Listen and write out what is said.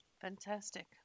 fantastic